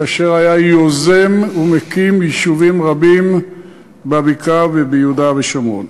כאשר היה יוזם ומקים יישובים רבים בבקעה וביהודה ושומרון.